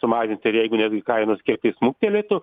sumažins ir jeigu netgi kainos kiek tai smuktelėtų